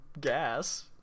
gas